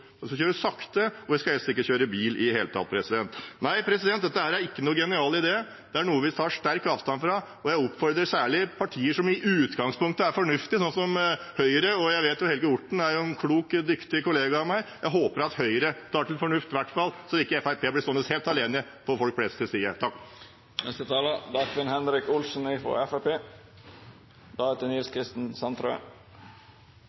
kjøre sakte, og vi skal helst ikke kjøre bil i det hele tatt Dette er ikke noen genial idé. Det er noe vi tar sterkt avstand fra, og jeg utfordrer særlig partier som i utgangspunktet er fornuftige, sånn som Høyre. Jeg vet at Helge Orten er en klok og dyktig kollega av meg, så jeg håper i hvert fall at Høyre tar til fornuft, slik at Fremskrittspartiet ikke blir stående helt alene på folk flest sin side.